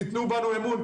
תתנו בנו אמון,